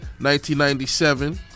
1997